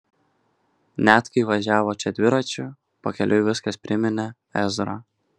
net kai važiavo čia dviračiu pakeliui viskas priminė ezrą